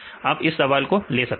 आप इस सवाल को ले सकते हैं